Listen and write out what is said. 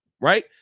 right